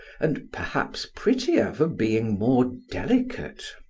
and perhaps prettier for being more delicate.